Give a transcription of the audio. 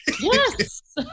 Yes